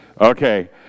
Okay